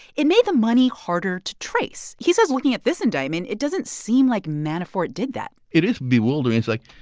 it made the money harder to trace. he says, looking at this indictment, it doesn't seem like manafort did that it is bewildering. it's, like,